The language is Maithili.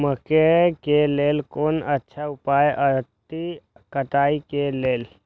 मकैय के लेल कोन अच्छा उपाय अछि कटाई के लेल?